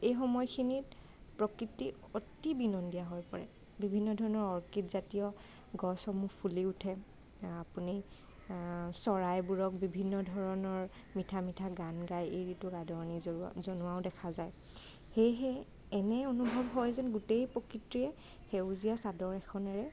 এই সময়খিনিত প্ৰকৃতি অতি বিনন্দীয়া হৈ পৰে বিভিন্ন ধৰণৰ অৰ্কিডজাতীয় গছসমূহ ফুলি উঠে আপুনি চৰাইবোৰক বিভিন্ন ধৰণৰ মিঠা মিঠা গান গায় এই ঋতুক আদৰণী জনো জনোৱাও দেখা যায় সেয়েহে এনে অনুভৱ হয় যেন গোটেই প্ৰকৃতিয়ে সেউজীয়া চাদৰ এখনেৰে